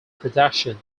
production